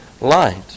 light